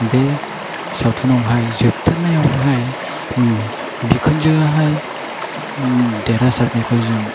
बे सावथुनावहाय जोबथारनायावहाय बिखुनजोआ देरहासारनायखौ जों